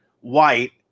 white